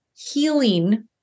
healing